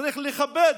צריך לכבד.